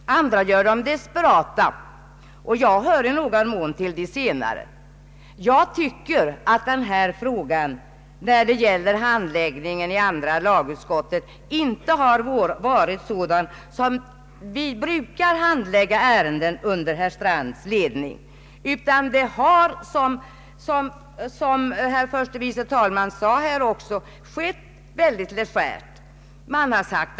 Andra blir desperata — och jag hör i någon mån till dessa senare. Jag tycker att handläggningen av denna fråga inom andra lagutskottet inte har varit sådan som vi är vana vid under herr Strands ledning. Handläggningen av ärendet har, som även herr Strand medgav, varit mycket legär.